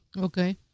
Okay